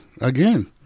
Again